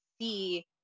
see